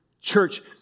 Church